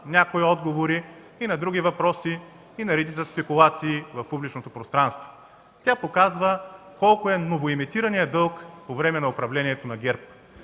някои отговори на други въпроси и редица спекулации в публичното пространство. Тя показва колко е новоемитираният дълг по време на управлението на ГЕРБ.